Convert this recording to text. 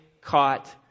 caught